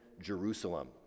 Jerusalem